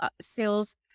sales